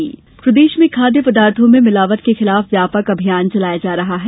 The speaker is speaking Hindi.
मिलावट रासुका प्रदेश में खादय पदार्थो में मिलावट के खिलाफ व्यापक अभियान चलाया जा रहा है